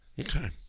Okay